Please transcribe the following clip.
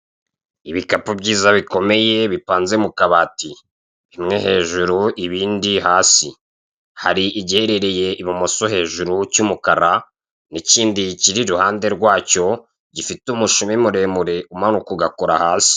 Ibikapu byiza bikomeye bipanze mu kabati. Bimwe hejuru ibindi hasi. Hari igiherereye ibumoso hejuru cy'umukara n'ikindi kiri iruhande rwacyo gifite umushumi muremure umanuka ugakora hasi.